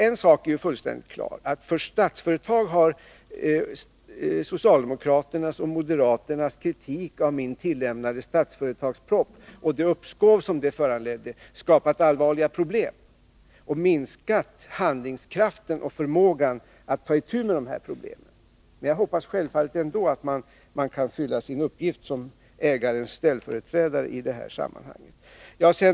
En sak är emellertid fullständigt klar. Socialdemokraternas och moderaternas kritik av min tillämnade Statsföretagsproposition och det uppskov som den föranledde har skapat allvarliga problem och minskat handlingskraften och förmågan att ta itu med de här problemen för Statsföretag. Jag hoppas självfallet att man ändå kan fylla sin uppgift som ägarens ställföreträdare i det här sammanhanget.